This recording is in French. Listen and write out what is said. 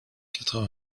quatre